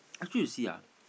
actually you see ah